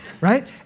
Right